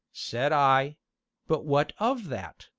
said i but what of that?